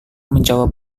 menjawab